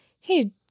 hey